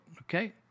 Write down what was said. okay